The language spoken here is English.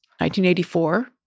1984